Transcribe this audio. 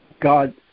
God